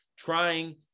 trying